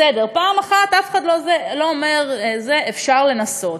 בסדר, פעם אחת, לא אומר, אפשר לנסות.